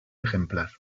ejemplar